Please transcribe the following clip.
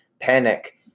panic